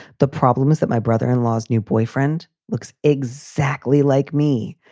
the problem is that my brother in law's new boyfriend looks exactly like me.